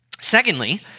Secondly